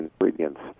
ingredients